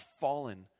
fallen